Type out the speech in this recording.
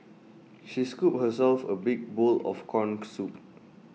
she scooped herself A big bowl of Corn Soup